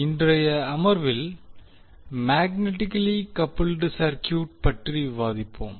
இன்றைய அமர்வில் magnetically coupled circuit பற்றி விவாதிப்போம்